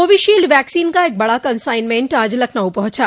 Covishield vaccine का एक बड़ा कंसाइनमेंट आज लखनऊ पहुंचा